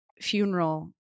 funeral